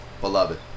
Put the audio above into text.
beloved